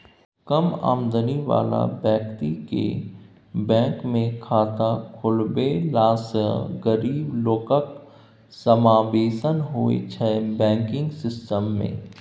कम आमदनी बला बेकतीकेँ बैंकमे खाता खोलबेलासँ गरीब लोकक समाबेशन होइ छै बैंकिंग सिस्टम मे